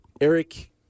Eric